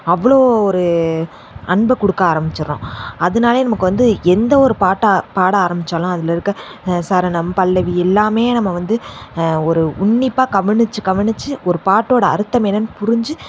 அவ்வளோ ஒரு அன்பை கொடுக்க ஆரமித்திட்றோம் அதனாலே நமக்கு வந்து எந்த ஒரு பாட்டாக பாட ஆரம்மித்தாலும் அதில் இருக்க சரணம் பல்லவி எல்லாமே நம்ம வந்து ஒரு உன்னிப்பாக கவனிச்சி கவனிச்சி ஒரு பாட்டோடய அர்த்தம் என்னன்னு புரிஞ்சு